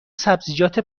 سبزیجات